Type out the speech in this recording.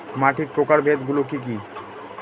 মাটির প্রকারভেদ গুলো কি কী?